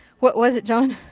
what was it john?